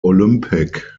olympic